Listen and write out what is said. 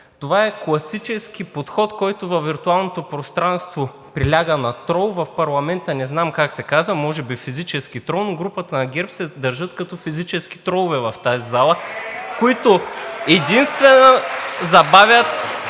Това е класически подход, който във виртуалното пространство приляга на трол. В парламента не знам как се казва, може би физически трол. Но групата на ГЕРБ се държат като физически тролове в тази зала (ръкопляскания